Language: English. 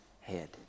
head